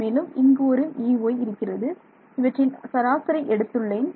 மேலும் இங்கு ஒரு Ey இருக்கிறது இவற்றின் சராசரி எடுத்துள்ளேன்